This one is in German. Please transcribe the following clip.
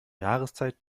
jahreszeit